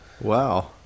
Wow